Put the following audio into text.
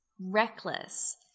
Reckless